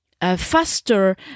faster